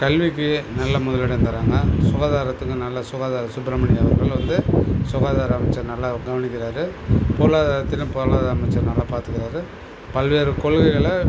கல்விக்கு நல்ல முதலிடம் தராங்க சுகாதாரத்துக்கும் நல்ல சுகாதார சுப்ரமணி அவர்கள் வந்து சுகாதார அமைச்சர் நல்லா கவனிக்கிறார் பொருளாதாரத்திலும் பொருளாதார அமைச்சர் நல்லா பாத்துக்கிறார் பல்வேறு கொள்கைகளை